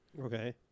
Okay